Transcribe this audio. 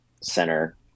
center